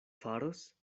faros